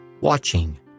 watching